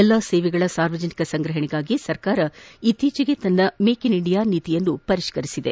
ಎಲ್ಲಾ ಸೇವೆಗಳ ಸಾರ್ವಜನಿಕ ಸಂಗ್ರಹಣೆಗಾಗಿ ಸರ್ಕಾರ ಇತ್ತೀಚೆಗೆ ತನ್ನ ಮೇಕ್ ಇನ್ ಇಂಡಿಯಾ ನೀತಿಯನ್ನು ಪರಿಷ್ಠರಿಸಿದೆ